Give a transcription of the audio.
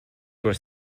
was